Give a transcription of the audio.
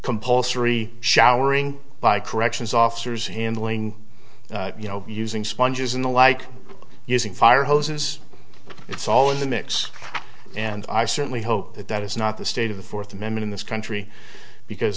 compulsory showering by corrections officers handling you know using sponges in the like using fire hoses it's all in the mix and i certainly hope that that is not the state of the fourth amendment in this country because